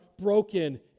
broken